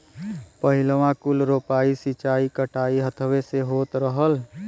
पहिलवाँ कुल रोपाइ, सींचाई, कटाई हथवे से होत रहल